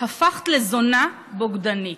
הפכת לזונה בוגדנית.